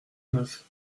neuf